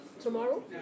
Tomorrow